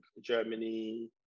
Germany